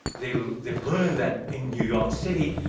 they've they've learned that in new york city,